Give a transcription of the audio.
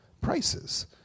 prices